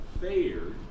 fared